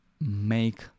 make